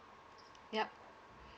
ya